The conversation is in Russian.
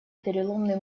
переломный